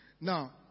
Now